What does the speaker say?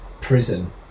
prison